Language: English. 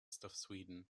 sweden